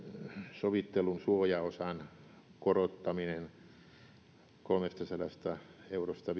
sovittelun suojaosan korottaminen kolmestasadasta eurosta